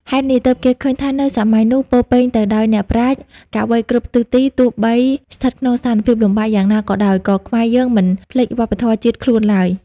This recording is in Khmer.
ហេតុនេះ ទើបគេឃើញថានៅសម័យនោះពោរពេញទៅដោយអ្នកប្រាជ្ញ កវីគ្រប់ទិសទី ទោះបីស្ថិតក្នុងស្ថានភាពលំបាកយ៉ាងណាក៏ដោយ ក៏ខ្មែរយើងមិនភ្លេចវប្បធម៌ជាតិខ្លួនឡើយ។